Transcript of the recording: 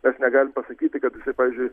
mes negalim pasakyti kad jisai pavyzdžiui